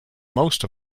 most